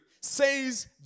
Says